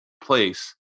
place